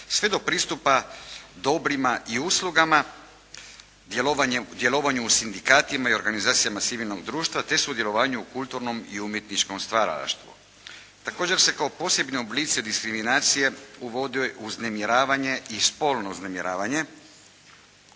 sve do pristupa dobrima i uslugama, djelovanju u sindikatima i organizacijama civilnog društva te sudjelovanju u kulturnom i umjetničkom stvaralaštvu. Također se kao posebni oblici diskriminacije uvode uznemiravanje i spolno uznemiravanje,